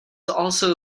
also